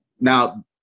Now